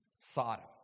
Sodom